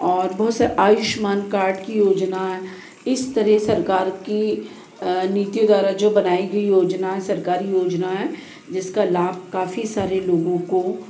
और बहुत सा आयुष्मान कार्ड की योजना इस तरह सरकार की नीतियों द्वारा जो बनाई गई योजना है सरकारी योजना है जिसका लाभ काफ़ी सारे लोगों को